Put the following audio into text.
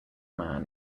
man